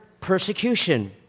persecution